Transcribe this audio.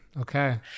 Okay